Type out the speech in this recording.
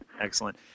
Excellent